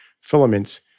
filaments